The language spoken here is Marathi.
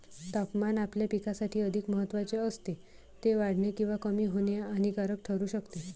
तापमान आपल्या पिकासाठी अधिक महत्त्वाचे असते, ते वाढणे किंवा कमी होणे हानिकारक ठरू शकते